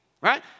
Right